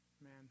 Man